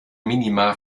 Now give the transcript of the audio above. minima